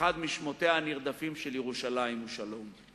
אחד משמותיה הנרדפים של ירושלים הוא שלום.